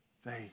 Faith